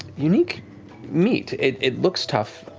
unique meat. it looks tough,